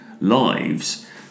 lives